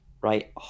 Right